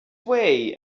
way